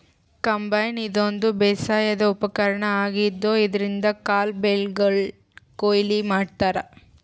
combine ಇದೊಂದ್ ಬೇಸಾಯದ್ ಉಪಕರ್ಣ್ ಆಗಿದ್ದ್ ಇದ್ರಿನ್ದ್ ಕಾಳ್ ಬೆಳಿಗೊಳ್ ಕೊಯ್ಲಿ ಮಾಡ್ತಾರಾ